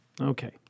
Okay